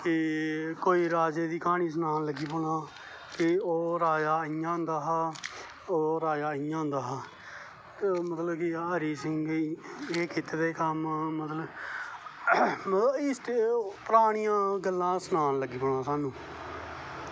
ते कोई राज़े दी कहानी सनान लगी पौनां ते ओह् राज़ा इयां होंदा हा ओह् राज़ा इयां होंदा हा ते मतलव हरी सिंह नै एह् कीते दे कम्म मतलव परानियां गल्लां सनाना लगी पौनां स्हानू